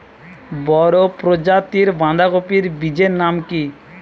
বড় প্রজাতীর বাঁধাকপির বীজের নাম কি?